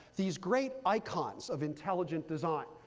these great icons of intelligent design,